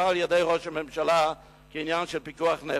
על-ידי ראש הממשלה כעניין של פיקוח נפש.